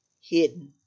hidden